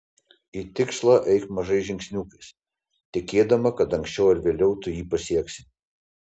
į tikslą eik mažais žingsniukais tikėdama kad anksčiau ar vėliau tu jį pasieksi